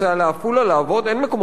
אין מקומות עבודה באום-אל-פחם,